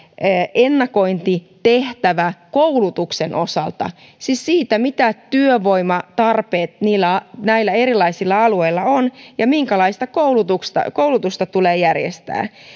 ennakointitehtävä koulutuksen osalta siis sen osalta mitä työvoimatarpeita näillä näillä erilaisilla alueilla on ja minkälaista koulutusta koulutusta tulee järjestää